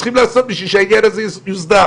צריכים לעשות בשביל שהעניין הזה יוסדר.